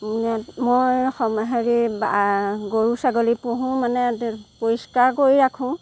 মানে মই হেৰি গৰু ছাগলী পোহো মানে পৰিষ্কাৰ কৰি ৰাখো